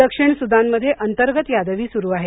दक्षिण सुदानमध्ये अंतर्गत यादवी सुरू आहे